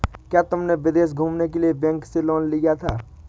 क्या तुमने विदेश घूमने के लिए बैंक से लोन लिया था?